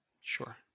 sure